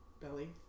belly